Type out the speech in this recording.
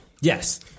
Yes